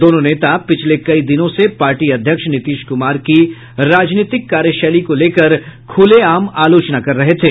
दोनों नेता पिछले कई दिनों से पार्टी अध्यक्ष नीतीश कुमार की राजनीतिक कार्यशैली को लेकर खुलेआम आलोचना कर रहे थे